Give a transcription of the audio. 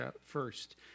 first